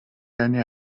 any